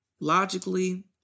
logically